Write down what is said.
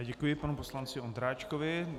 Děkuji panu poslanci Ondráčkovi.